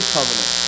Covenant